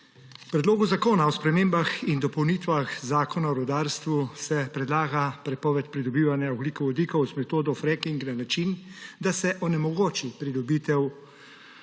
Predlogu zakona o spremembah in dopolnitvah Zakona o rudarstvu se predlaga prepoved pridobivanja ogljikovodikov z metodo fracking na način, da se onemogoči pridobitev